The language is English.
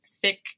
thick